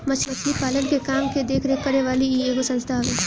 मछरी पालन के काम के देख रेख करे वाली इ एगो संस्था हवे